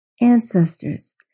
ancestors